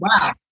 Wow